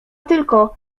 tylko